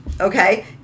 okay